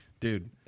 Dude